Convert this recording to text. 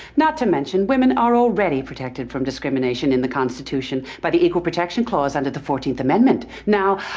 not to mention women are already protected from discrimination in the constitution by the equal protection clause under the fourteenth amendment. now,